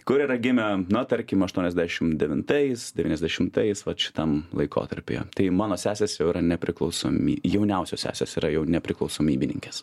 kurie yra gimę na tarkimaštuoniasdešim devintais devyniasdešimtais vat šitam laikotarpyje tai mano sesės jau yra nepriklausomi jauniausios sesės yra jau nepriklausomybininkės